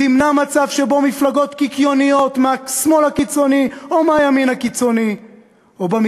תמנע מצב שבו מפלגות קיקיוניות מהשמאל הקיצוני או מהימין הקיצוני,